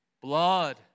blood